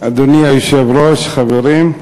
אדוני היושב-ראש, חברים,